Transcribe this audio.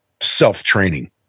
self-training